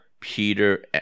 Peter